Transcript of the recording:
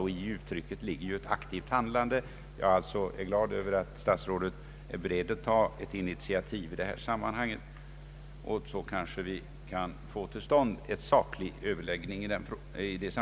I det uttrycket ligger ju ett aktivt handlande. Jag är alltså glad över att statsrådet är beredd att ta ett initiativ i detta sammanhang, så att vi kanske kan få till stånd en saklig överläggning.